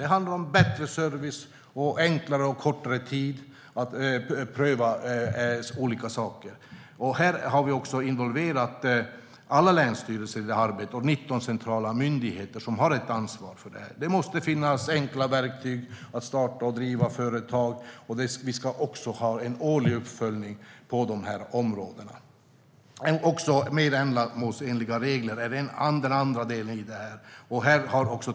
Det handlar om bättre service och om att det ska bli enklare och ta kortare tid att pröva olika saker. Här har vi också involverat alla länsstyrelser i arbetet, och det är 19 centrala myndigheter som har ett ansvar för detta. Det måste finnas enkla verktyg för att starta och driva företag, och vi ska ha en årlig uppföljning på dessa områden. Mer ändamålsenliga regler är den andra delen i detta.